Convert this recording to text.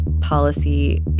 policy